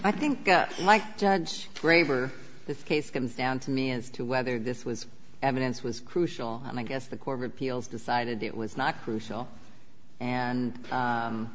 i think mike judge graber this case comes down to me as to whether this was evidence was crucial and i guess the court of appeals decided it was not crucial and